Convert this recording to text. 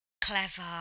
clever